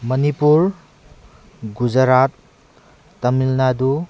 Manipur Gujarat Tamil Nadu